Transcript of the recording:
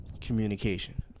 communication